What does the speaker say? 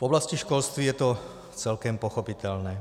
V oblasti školství je to celkem pochopitelné.